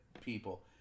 people